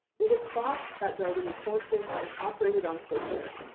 it was thought that darwinian forces operated on culture,